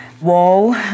wall